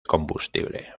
combustible